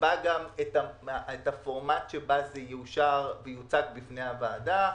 נקבע הפורמט שבו זה יוצג בפני הוועדה,